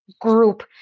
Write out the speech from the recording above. group